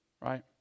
right